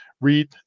read